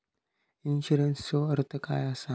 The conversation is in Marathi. इन्शुरन्सचो अर्थ काय असा?